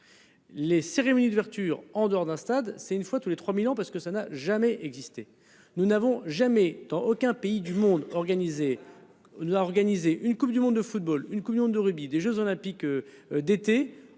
Les cérémonies d'ouverture en dehors d'un stade, c'est une fois tous les 3000 parce que ça n'a jamais existé. Nous n'avons jamais dans aucun pays du monde, organisée. À organiser une Coupe du monde de football. Une Coupe du monde de rugby et des Jeux olympiques. D'été